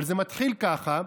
אבל זה מתחיל ככה,